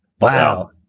wow